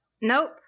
Nope